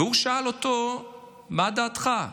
והוא שאל אותו: מה דעתך?